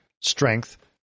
strength